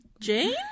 Jane